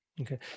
Okay